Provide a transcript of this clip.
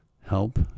help